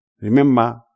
Remember